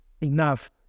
enough